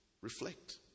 reflect